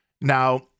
Now